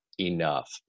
Enough